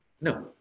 No